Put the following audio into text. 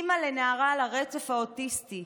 אימא לנערה על הרצף האוטיסטי,